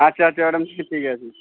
আচ্ছা আচ্ছা ম্যাডাম ঠিক ঠিক আছে